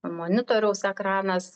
monitoriaus ekranas